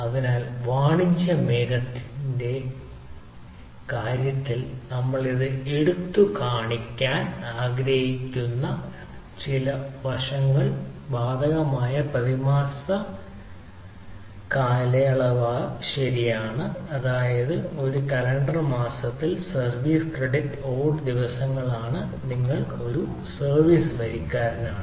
അതിനാൽ വാണിജ്യ ക്ളൌഡ്ന്റെ കാര്യത്തിൽ നമ്മൾ ഇത് എടുത്തുകാണിക്കാൻ ആഗ്രഹിക്കുന്ന ചില വശങ്ങൾ ബാധകമായ പ്രതിമാസ കാലയളവ് ശരിയാണ് അതായത് ഒരു കലണ്ടർ മാസത്തിൽ സർവീസ് ക്രെഡിറ്റ് ഓഡ് ദിവസങ്ങളാണ് നിങ്ങൾ ഒരു സർവീസ് വരിക്കാരനാണ്